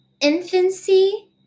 infancy